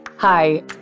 Hi